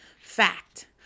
Fact